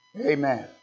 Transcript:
Amen